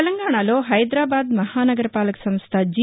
తెలంగాణాలో హైదరాబాద్ మహానగర పాలక సంస్ల జీ